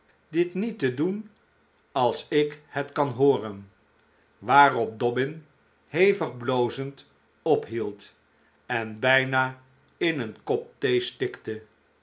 dit niet te doen als ik het kan hooren waarop dobbin hevig blozend ophield en bijna in een